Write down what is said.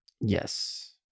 Yes